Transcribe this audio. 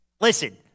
Listen